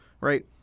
right